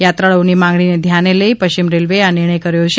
યાત્રાળૂઓની માંગણીને ધ્યાને લઈ પશ્ચિમ રેલવેએ આ નિર્ણય કર્યો છે